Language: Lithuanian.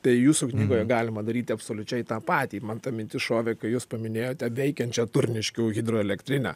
tai jūsų knygoje galima daryti absoliučiai tą patį man ta mintis šovė kai jūs paminėjote veikiančią turniškių hidroelektrinę